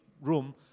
room